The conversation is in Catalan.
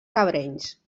cabrenys